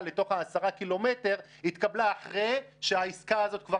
לתוך ה-10 קילומטר התקבלה אחרי שהעסקה הזאת כבר